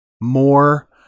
more